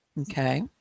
Okay